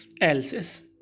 else's